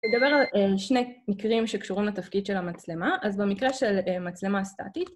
נדבר על שני מקרים שקשורים לתפקיד של המצלמה, אז במקרה של מצלמה סטטית